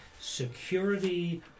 security